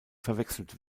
verwechselt